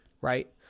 Right